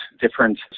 different